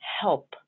help